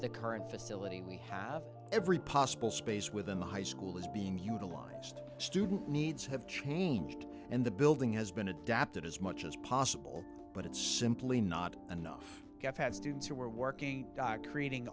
the current facility we have every possible space within the high school is being utilized student needs have changed and the building has been adapted as much as possible but it's simply not enough to have had students who were working dogs creating